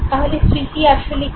তাহলে স্মৃতি আসলে কী